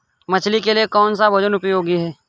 मछली के लिए कौन सा भोजन उपयोगी है?